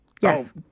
Yes